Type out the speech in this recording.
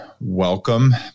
welcome